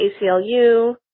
ACLU